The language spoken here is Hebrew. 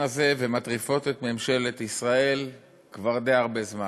הזה ומטריפות את ממשלת ישראל כבר די הרבה זמן.